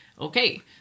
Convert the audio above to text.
okay